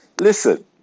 Listen